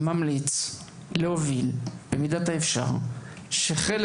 אני ממליץ להוביל במידת האפשר שחלק